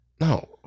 No